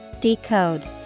Decode